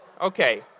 Okay